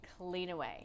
CleanAway